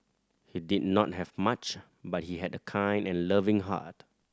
he did not have much but he had a kind and loving heart